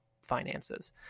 finances